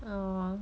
(uh huh)